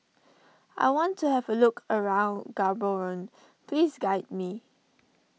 I want to have a look around Gaborone please guide me